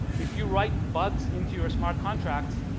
if you write bugs into your smart contracts,